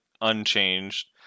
unchanged